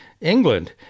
England